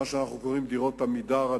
שאנחנו קוראים להן דירות "עמידר",